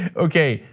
okay,